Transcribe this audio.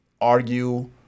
argue